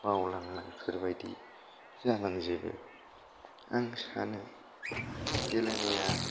बावलांनायफोरबायदि जालांजोबो आं सानो गेलेनाया